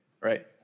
right